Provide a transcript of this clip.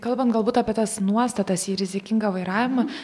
kalbant galbūt apie tas nuostatas į rizikingą vairavimą